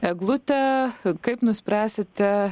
eglutę kaip nuspręsite